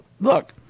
look